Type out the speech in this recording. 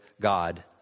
God